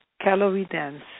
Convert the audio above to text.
calorie-dense